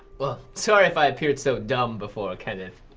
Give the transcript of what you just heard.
well, sorry if i appeared so dumb before, kenneth.